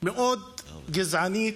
מאוד גזענית,